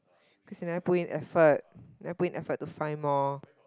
cause you never put in effort never put in effort to find more